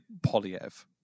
Polyev